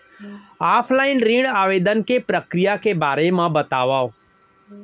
Offline ऋण आवेदन के प्रक्रिया के बारे म बतावव?